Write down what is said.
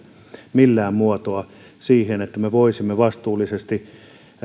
millään muotoa että me voisimme vastuullisesti